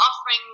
offering